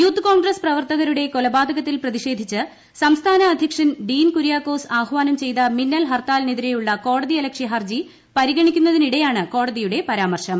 youth Congress പ്രവർത്തകരുടെ കൊലപാതകത്തിൽ പ്രിയിക്ഷേധിച്ച് സംസ്ഥാന അധ്യക്ഷൻ ഡീൻ കുര്യാക്കോസ് ആപ്പ്പാനം ചെയ്ത മിന്നൽ ഹർത്താലിനെതിരെയുള്ള ഹർജി പരിഗണിക്കുന്നതിനിടെയാണ് ക്ടോടതീയുടെ പരാമർശം